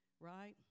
right